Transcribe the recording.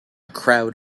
crowd